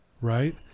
right